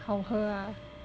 好喝 ah